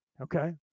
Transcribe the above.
Okay